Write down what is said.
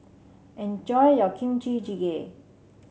enjoy your Kimchi Jjigae